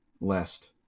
lest